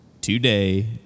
today